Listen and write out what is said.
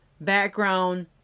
background